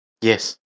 Yes